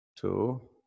Two